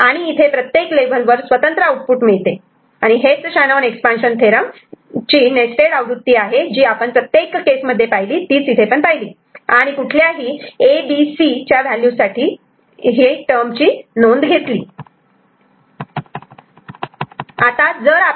आणि इथे प्रत्येक लेव्हलवर स्वतंत्र आउटपुट मिळते आणि हे Shannon expansion theorem Shanon's expansion theorem nested आवृत्ती आहे जी आपण प्रत्येक केस मध्ये पाहिली तीच इथे पण पाहिली आणि कुठल्याही A B C च्या व्हॅल्यू साठी टर्म ची नोंद घेतली